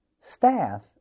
staff